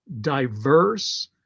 diverse